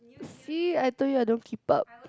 see I told you I don't keep up